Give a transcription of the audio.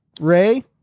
Ray